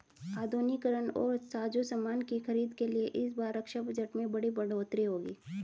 आधुनिकीकरण और साजोसामान की खरीद के लिए इस बार रक्षा बजट में बड़ी बढ़ोतरी होगी